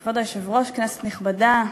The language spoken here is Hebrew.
כבוד היושב-ראש, כנסת נכבדה,